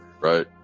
right